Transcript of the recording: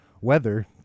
weather